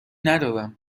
ندارم